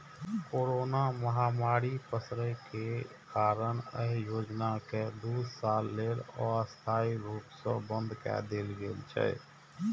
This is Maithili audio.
कोरोना महामारी पसरै के कारण एहि योजना कें दू साल लेल अस्थायी रूप सं बंद कए देल गेल छै